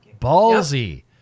Ballsy